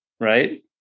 right